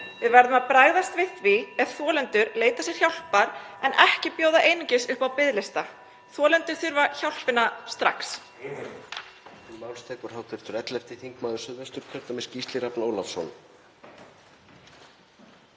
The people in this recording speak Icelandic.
Við verðum að bregðast við því ef þolendur leita sér hjálpar en ekki bjóða einungis upp á biðlista. Þolendur þurfa hjálpina strax.